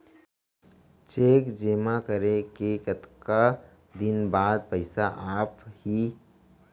Cheque जेमा करे के कतका दिन बाद पइसा आप ही?